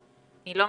mute.